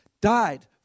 died